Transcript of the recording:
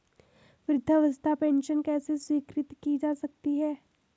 वृद्धावस्था पेंशन किसे स्वीकृत की जा सकती है?